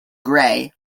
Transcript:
grey